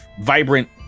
vibrant